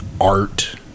art